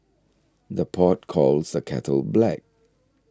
the pot calls the kettle black